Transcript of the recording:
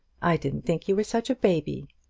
i didn't think you were such a baby.